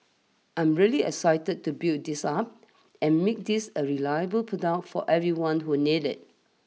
I'm really excited to build this up and make this a reliable product for everyone who needs it